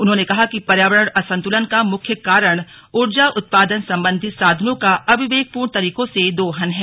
उन्होंने कहा कि पर्यावरण असंतुलन का मुख्य कारण ऊर्जा उत्पादन संबंधी साधनों का अविवेकपूर्ण तरीकों से दोहन है